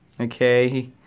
okay